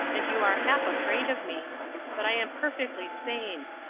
and you are half afraid of me but i am perfectly sane.